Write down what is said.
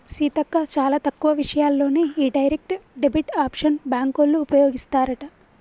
సీతక్క చాలా తక్కువ విషయాల్లోనే ఈ డైరెక్ట్ డెబిట్ ఆప్షన్ బ్యాంకోళ్ళు ఉపయోగిస్తారట